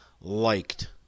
liked